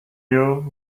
you